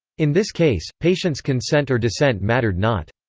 in this case, patient's consent or dissent mattered not.